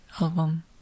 album